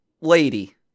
Lady